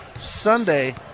Sunday